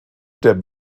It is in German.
der